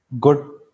good